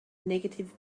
negative